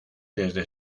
desde